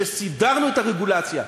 שסידרנו את הרגולציה,